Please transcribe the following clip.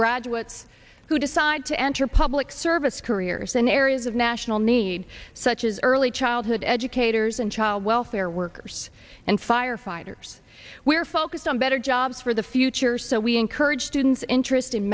graduates who decide to enter public service careers in areas of national need such as early childhood educators and child welfare workers and firefighters we're focused on better jobs for the future so we encourage students interested in